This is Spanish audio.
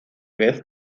vez